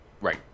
Right